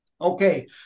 Okay